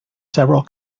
several